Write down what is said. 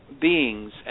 beings